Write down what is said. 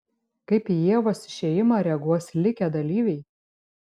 kaip į ievos išėjimą reaguos likę dalyviai